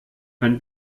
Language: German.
ein